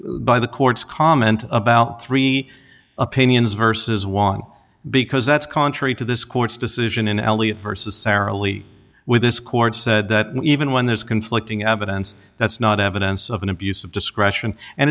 by the court's comment about three opinions versus one because that's contrary to this court's decision in elliot versus airily with this court said that even when there's conflicting evidence that's not evidence of an abuse of discretion and